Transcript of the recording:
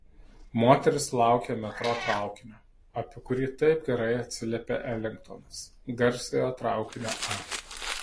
moteris laukė metro traukinio apie kurį taip gerai atsiliepė elingtonas garsiojo traukinio a